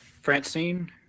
Francine